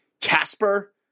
Casper